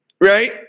right